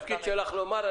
תפקיד שלך לומר.